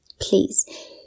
please